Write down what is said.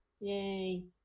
Yay